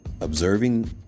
observing